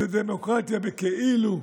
זו דמוקרטיה בכאילו.